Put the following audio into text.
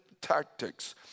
tactics